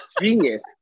Genius